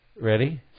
Ready